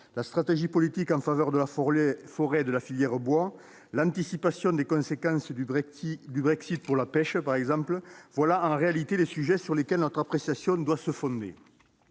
la stratégie politique en faveur de la forêt et de la filière bois, l'anticipation des conséquences du Brexit pour la pêche : voilà les sujets sur lesquels notre appréciation doit porter.